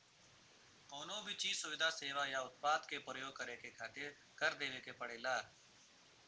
कउनो भी चीज, सुविधा, सेवा या उत्पाद क परयोग करे खातिर कर देवे के पड़ेला